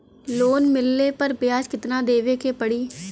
Loan मिलले पर ब्याज कितनादेवे के पड़ी?